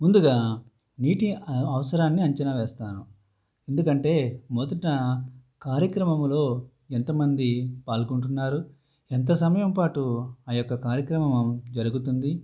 ముందుగా నీటి అ అవసరాన్ని అంచనా వేస్తాను ఎందుకంటే మొదట కార్యక్రమంలో ఎంతమంది పాల్గొంటున్నారు ఎంత సమయం పాటు ఆ యొక్క కార్యక్రమం జరుగుతుంది